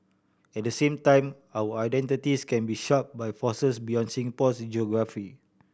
at the same time our identities can be sharped by forces beyond Singapore's geography